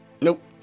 Nope